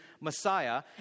Messiah